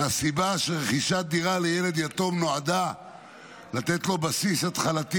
מהסיבה שרכישת דירה לילד יתום נועדה לתת לו בסיס התחלתי